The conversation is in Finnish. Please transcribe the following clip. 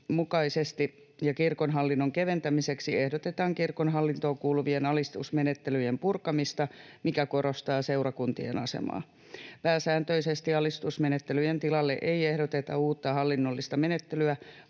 ja kirkon hallinnon keventämiseksi ehdotetaan kirkon hallintoon kuuluvien alistusmenettelyjen purkamista, mikä korostaa seurakuntien asemaa. Pääsääntöisesti alistusmenettelyjen tilalle ei ehdoteta uutta hallinnollista menettelyä,